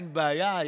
אין בעיה,